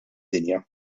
dinja